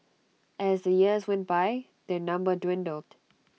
as the years went by their number dwindled